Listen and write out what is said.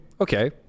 okay